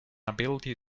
ability